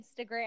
Instagram